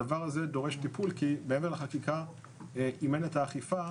הדבר הזה דורש טיפול כי מעבר לחקיקה אם אין את האכיפה,